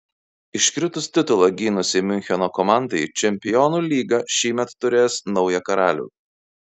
iškritus titulą gynusiai miuncheno komandai čempionų lyga šįmet turės naują karalių